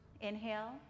Inhale